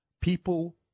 People